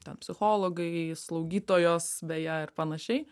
ten psichologai slaugytojos beje ir panašiai